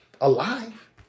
alive